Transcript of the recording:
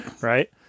right